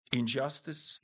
injustice